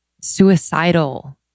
suicidal